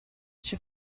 she